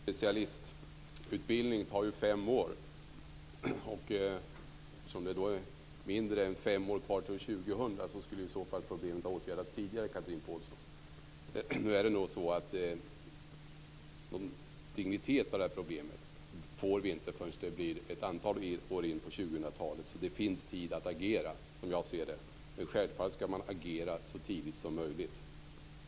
Herr talman! Det är ju så att en specialistutbildning tar fem år. Eftersom det är mindre än fem år kvar till år 2000 skulle i så fall problemet ha åtgärdats tidigare, Chatrine Pålsson. Någon dignitet på det här problemet får vi inte förrän ett antal år in på 2000 talet. Som jag ser det finns det alltså tid att agera. Men självfallet skall man agera så tidigt som möjligt.